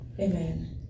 Amen